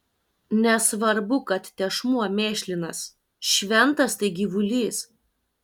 nesvarbu kad tešmuo mėšlinas šventas tai gyvulys